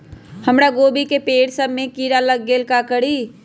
हमरा गोभी के पेड़ सब में किरा लग गेल का करी?